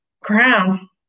crown